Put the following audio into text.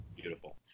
beautiful